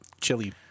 chili